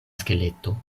skeleto